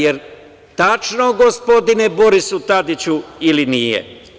Jel tačno, gospodine Borisu Tadiću, ili nije?